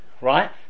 right